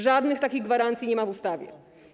Żadnych takich gwarancji nie ma w ustawie.